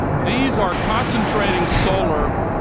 these are concentrating solar,